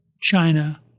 China